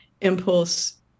impulse